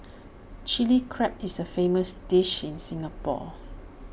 Chilli Crab is A famous dish in Singapore